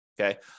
okay